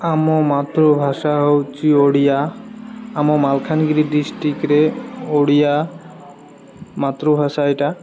ଆମ ମାତୃଭାଷା ହେଉଛି ଓଡ଼ିଆ ଆମ ମାଲକାନଗିରି ଡ଼ିଷ୍ଟ୍ରିକ୍ରେ ଓଡ଼ିଆ ମାତୃଭାଷା ଏଇଟା